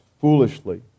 foolishly